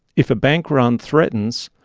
if a bank run threatens,